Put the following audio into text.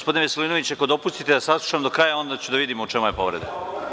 Gospodine Veselinoviću, ako dopustite da saslušam do kraja, onda ću da vidim u čemu je povreda.